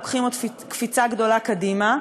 לוקחים עוד קפיצה גדולה קדימה.